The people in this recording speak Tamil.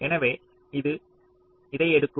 எனவே இது இதை எடுக்கும்